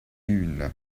une